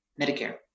Medicare